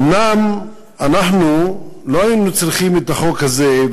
אומנם אנחנו לא היינו צריכים את החוק הזה,